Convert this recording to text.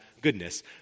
goodness